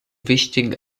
wichtigen